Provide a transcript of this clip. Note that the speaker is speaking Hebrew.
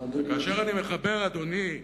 כאשר אני מחבר, אדוני,